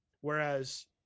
Whereas